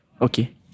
Okay